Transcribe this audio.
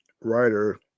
writer